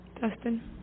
Dustin